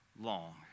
long